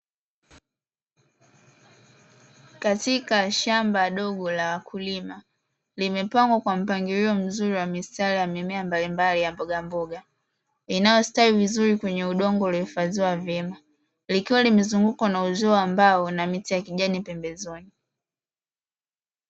Katika shamba dogo la wakulima, limepangwa kwa mpangilio mzuri wa mistari ya mimea mbalimbali ya mbogamboga, inayostawi vizuri kwenye udongo uliohifadhiwa vyema, likiwa limezungukwa na uzio wa mbao na miti ya kijani pembezoni.